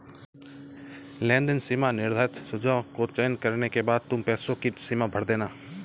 लेनदेन सीमा निर्धारित सुझाव को चयन करने के बाद तुम पैसों की सीमा भर देना